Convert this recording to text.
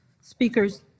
speakers